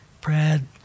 Brad